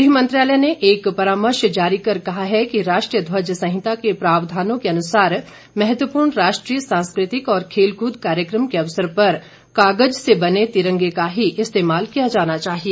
गृह मंत्रालय ने एक परामर्श जारी कर कहा है कि राष्ट्रीय ध्वज संहिता के प्रावधानों के अनुसार महत्वपूर्ण राष्ट्रीय सांस्कृतिक और खेलकूद कार्यक्रम के अवसर पर कागज से बने तिरंगे का ही इस्तेमाल किया जाना चाहिए